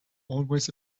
always